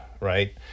right